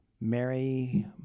Mary